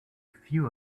few